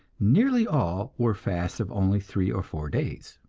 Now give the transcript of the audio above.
nearly all were fasts of only three or four days.